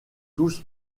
tous